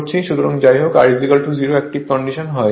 সুতরাং যাই হোক R 0 অ্যাক্টিভ কন্ডিশন হয়